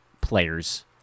players